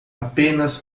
apenas